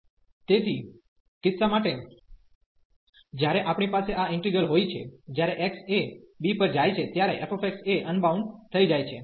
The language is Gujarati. તેથી કિસ્સા માટે જ્યારે આપણી પાસે આ ઈન્ટિગ્રલ હોય છે જ્યારે x એ b પર જાય છે ત્યારે f એ અનબાઉન્ડ થઈ જાય છે